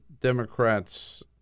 Democrats